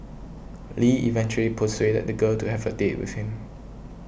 Lee eventually persuaded the girl to have a date with him